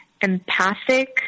empathic